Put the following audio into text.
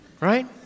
Right